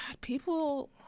people